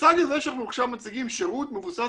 המושג הזה שעכשיו אנחנו מציגים שירות מבוסס